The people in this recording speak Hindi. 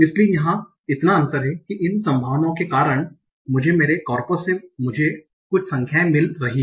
इसलिए यहाँ इतना अंतर है कि इन संभावनाओं के कारण मुझे मेरे कॉर्पस से कुछ संख्याएँ मिल रही हैं